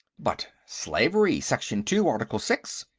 but slavery. section two, article six,